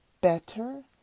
better